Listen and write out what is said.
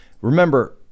Remember